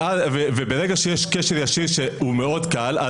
ברגע שיש קשר ישיר שהוא מאוד קל,